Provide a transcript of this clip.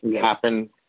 happen